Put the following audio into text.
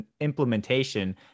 implementation